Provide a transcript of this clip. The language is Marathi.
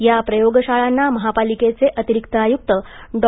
या प्रयोगशाळांना महापालिकेचे अतिरिक्त आयूक्त डॉ